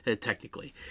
technically